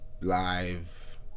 live